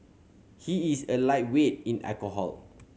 he is a lightweight in alcohol